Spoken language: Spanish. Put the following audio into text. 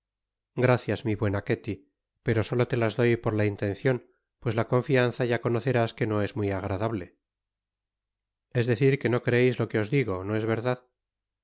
gracias mi buena ketty pero solo te las doy por la intencion pues la confianza ya conocerás que no es muy agradable es decir que no creeis lo que os digo no es verdad